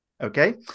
okay